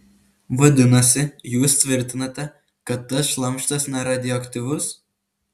vadinasi jūs tvirtinate kad tas šlamštas neradioaktyvus